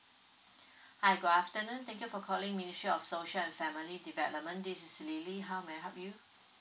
hi good afternoon thank you for calling ministry of social family and development this is lily how may I help you